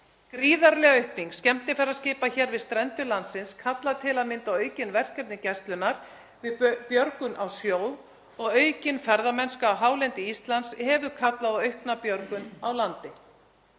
Gríðarleg aukning skemmtiferðaskipa hér við strendur landsins kalla til að mynda á aukin verkefni Gæslunnar við björgun á sjó og aukin ferðamennska á hálendi Íslands hefur kallað á aukna björgun á landi.